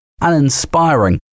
uninspiring